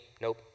nope